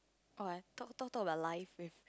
oh I thought thought thought life with